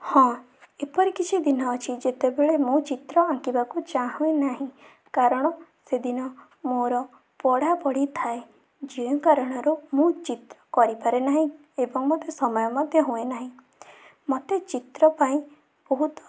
ହଁ ଏପରି କିଛି ଦିନ ଅଛି ଯେତେବେଳେ ମୁଁ ଚିତ୍ର ଆଙ୍କିବାକୁ ଚାଁହୁନାହିଁ କାରଣ ସେଦିନ ମୋର ପଢ଼ାପଢ଼ି ଥାଏ ଯେଉଁ କାରଣରୁ ମୁଁ ଚିତ୍ର କରିପାରେ ନାହିଁ ଏବଂ ମଧ୍ୟ ସମୟ ମଧ୍ୟ ହୁଏ ନାହିଁ ମୋତେ ଚିତ୍ର ପାଇଁ ବହୁତ